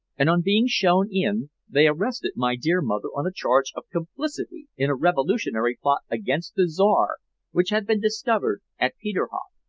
and on being shown in they arrested my dear mother on a charge of complicity in a revolutionary plot against the czar which had been discovered at peterhof.